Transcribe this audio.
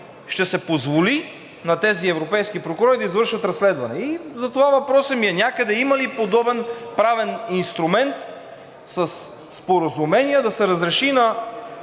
ще се позволи на тези европейски прокурори да извършват разследване? И затова въпросът ми е: има ли някъде подобен правен инструмент със споразумение да се разреши на